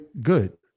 good